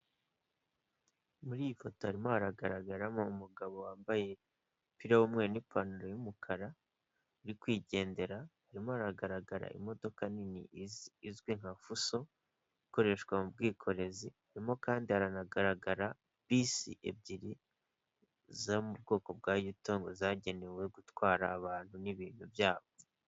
Muri iyi foto harimo haragaragaramo umugabo wambaye umupira w'umweru n'ipantaro y'umukara, urikwigendera, harimo haragaragara imodoka nini, izwi nka fuso, ikoreshwa mu bwikorezi. Harimo kandi haranagaragara bisi ebyiri zo mu bwoko bwa yutongo, zagenewe gutwara abantu n'ibintu byabo.